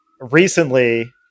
Recently